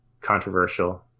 controversial